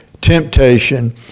temptation